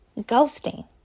ghosting